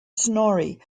snorri